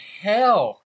hell